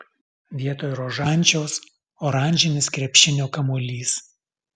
vietoj rožančiaus oranžinis krepšinio kamuolys